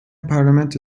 parlamento